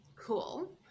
cool